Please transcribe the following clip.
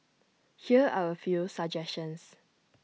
here are A few suggestions